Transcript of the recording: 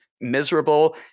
miserable